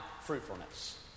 fruitfulness